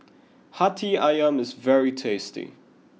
Hati Ayam is very tasty